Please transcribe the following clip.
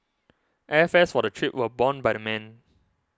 airfares for the trip were borne by the men